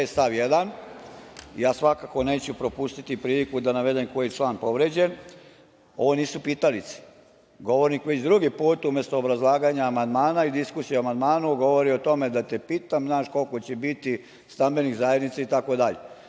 stav 1, ja svakako neću propustiti priliku da navedem koji član je povređen, ali, ovo nisu pitalice. Govornik već drugi put, umesto obrazlaganja amandmana i diskusije o amandmanu, govori o tome – da te pitam, znaš, koliko će biti stambenih zajednica itd.